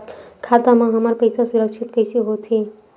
खाता मा हमर पईसा सुरक्षित कइसे हो थे?